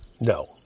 No